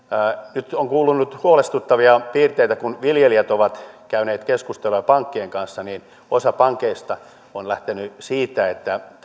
nyt on kuulunut huolestuttavia piirteitä kun viljelijät ovat käyneet keskusteluja pankkien kanssa niin osa pankeista on lähtenyt siitä että